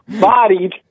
Bodied